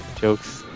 jokes